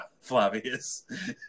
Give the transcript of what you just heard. Flavius